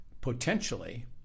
potentially